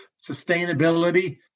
sustainability